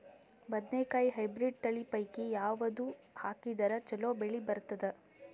ಬದನೆಕಾಯಿ ಹೈಬ್ರಿಡ್ ತಳಿ ಪೈಕಿ ಯಾವದು ಹಾಕಿದರ ಚಲೋ ಬೆಳಿ ಬರತದ?